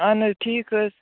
اَہَن حظ ٹھیٖک حظ